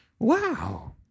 Wow